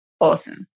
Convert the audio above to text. awesome